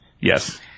Yes